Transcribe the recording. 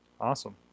Awesome